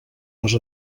les